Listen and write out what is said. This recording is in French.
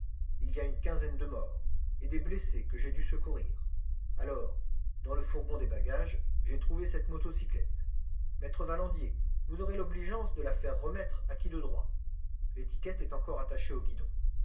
il y a une douzaine de morts et des blessés que j'ai dû secourir alors dans le fourgon des bagages j'ai trouvé cette motocyclette maître valandier vous aurez l'obligeance de la faire remettre à qui de droit l'étiquette est encore attachée au guidon